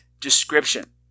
description